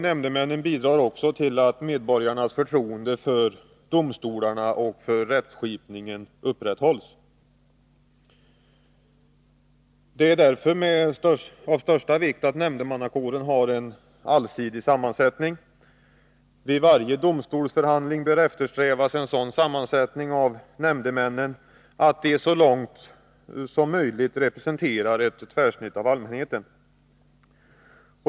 Nämndemännen bidrar också till att medborgarnas förtroende för domstolarna och rättskipningen upprätthålls. Det är därför av största vikt att nämndemannakåren har en allsidig sammansättning. Vid varje domstolsförhandling bör eftersträvas en sådan sammansättning av nämndemännen att de så långt som möjligt representerar ett tvärsnitt av allmänheten.